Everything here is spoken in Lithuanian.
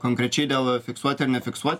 konkrečiai dėl fiksuoti ar nefiksuo